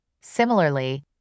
Similarly